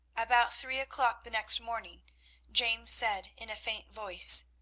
about three o'clock the next morning james said, in a faint voice,